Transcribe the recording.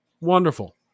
wonderful